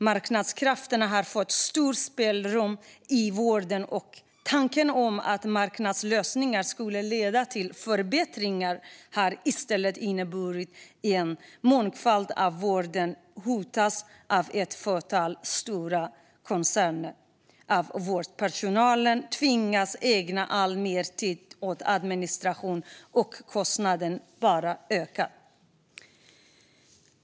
Marknadskrafterna har fått stort spelrum i vården. Tanken var att marknadslösningar skulle leda till förbättringar. De har i stället inneburit att mångfalden i vården hotas av ett fåtal stora koncerner, att vårdpersonalen tvingas ägna alltmer tid åt administration och att kostnaderna bara ökar.